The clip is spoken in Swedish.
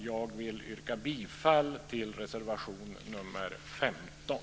Jag yrkar bifall till reservation nr 15.